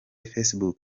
facebook